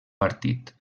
partit